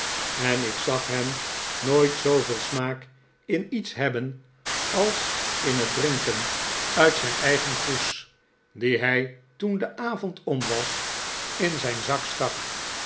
en ik zag hem nooit zooveel smaak in iets hebben als in het drinken uit zijn eigen kroes dien hij toen de avond om was in zijn zak stak